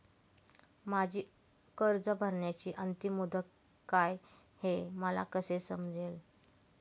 माझी कर्ज भरण्याची अंतिम मुदत काय, हे मला कसे समजेल?